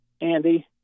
Andy